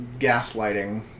gaslighting